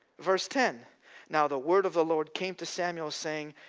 verse ten now the word of the lord came to samuel saying,